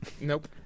Nope